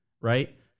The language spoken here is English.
right